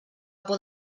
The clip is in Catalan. por